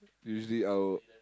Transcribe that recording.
usually I'll